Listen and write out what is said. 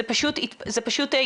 זה פשוט התמסמס?